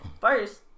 first